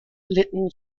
litten